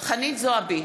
חנין זועבי,